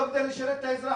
לא כדי לשרת את האזרחים.